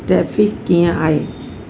traffic कीअं आहे